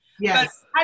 Yes